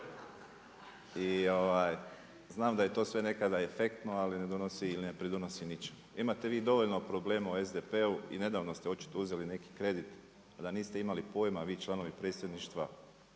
i znam da je to sve nekada efektno, ali ne donosi ili ne pridonosi ničemu. Imate vi dovoljno problema u SDP-u i nedavno ste očito uzeli neki kredit a da niste imali pojma vi članovi predsjedništva